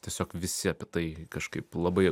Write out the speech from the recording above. tiesiog visi apie tai kažkaip labai jau